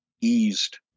eased